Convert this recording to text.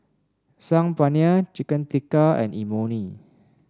Saag Paneer Chicken Tikka and Imoni